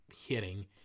hitting